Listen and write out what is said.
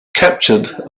captured